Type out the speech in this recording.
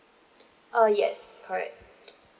uh yes correct